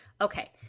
Okay